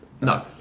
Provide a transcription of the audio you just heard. No